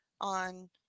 on